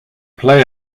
play